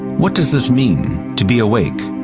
what does this mean, to be awake?